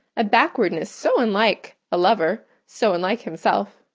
a backwardness so unlike a lover, so unlike himself,